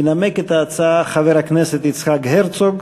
ינמק את ההצעה חבר הכנסת יצחק הרצוג.